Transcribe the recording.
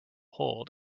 hold